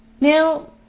Now